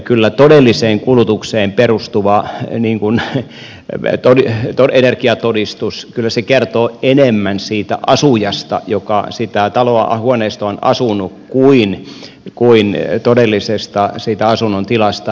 kyllä todelliseen kulutukseen perustuva energiatodistus kertoo enemmän siitä asujasta joka siinä talossa huoneistossa on asunut kuin siitä todellisesta asunnon tilasta